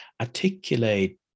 articulate